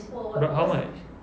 but how much